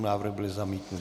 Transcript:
Návrh byl zamítnut.